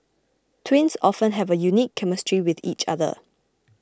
twins often have a unique chemistry with each other